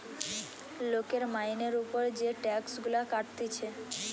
লোকের মাইনের উপর যে টাক্স গুলা কাটতিছে